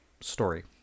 story